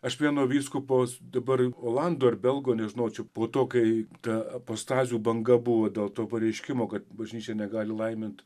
aš vieno vyskupo dabar olando ir belgo nežinau čia po to kai tą apostazių banga buvo dėl to pareiškimo kad bažnyčia negali laimint